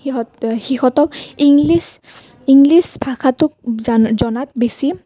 সিহঁত সিহঁতক English English ভাষাটোক জনাত বেছি